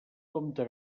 comte